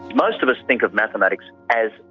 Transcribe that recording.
most of us think of mathematics as,